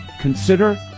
consider